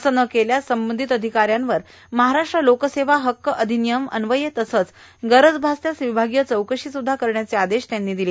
असे न केल्यास संबंधित अधिकाऱ्यांवर महाराष्ट्र लोकसेवा हक्क अधिनियम अन्वये तसंच गरज भासल्यास विभागीय चौकशी सुध्दा करण्याचे आदेशही त्यांनी दिले